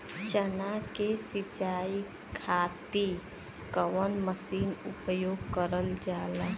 चना के सिंचाई खाती कवन मसीन उपयोग करल जाला?